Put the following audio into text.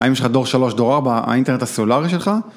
האם יש לך דור שלוש, דור ארבע, האינטרנט הסלולרי שלך?